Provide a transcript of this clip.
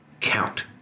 count